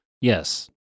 yes